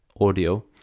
audio